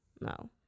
No